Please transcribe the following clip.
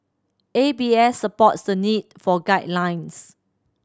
A B S supports the need for guidelines